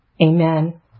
Amen